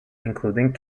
including